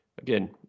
again